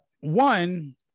one